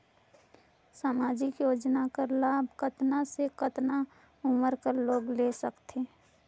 समाजिक योजना कर लाभ कतना से कतना उमर कर लोग ले सकथे?